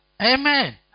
Amen